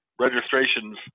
registrations